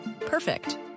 Perfect